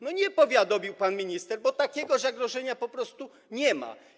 No, nie powiadomił pan minister, bo takiego zagrożenia po prostu nie ma.